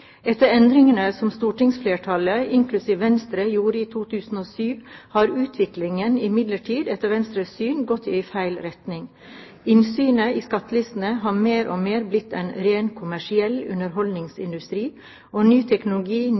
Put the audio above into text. Etter endringene som stortingsflertallet, inklusiv Venstre, gjorde i 2007, har utviklingen imidlertid, etter Venstres syn, gått i feil retning. Innsynet i skattelistene har mer og mer blitt en ren kommersiell underholdningsindustri, og ny teknologi,